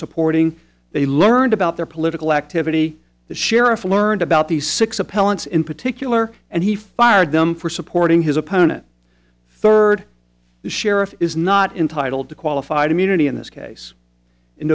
supporting they learned about their political activity the sheriff learned about these six appellants in particular and he fired them for supporting his opponent third the sheriff is not entitled to qualified immunity in this case in